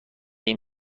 این